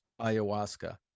ayahuasca